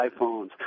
iPhones